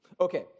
Okay